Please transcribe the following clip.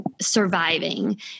surviving